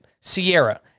Sierra